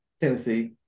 Tennessee